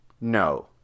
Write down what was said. No